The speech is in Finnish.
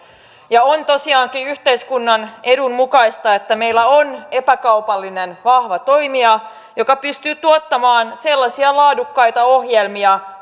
on tosiaankin yhteiskunnan edun mukaista että meillä on epäkaupallinen vahva toimija joka pystyy tuottamaan sellaisia laadukkaita ohjelmia